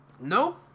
No